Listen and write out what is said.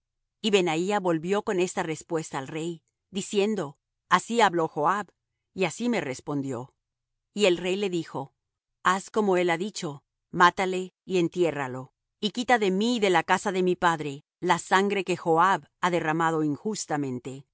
y benaía volvió con esta respuesta al rey diciendo así habló joab y así me respondió y el rey le dijo haz como él ha dicho mátale y entiérralo y quita de mí y de la casa de mi padre la sangre que joab ha derramado injustamente y